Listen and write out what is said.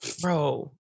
bro